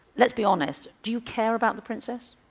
let's be honest, do you care about the princess?